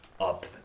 up